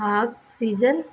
oxygen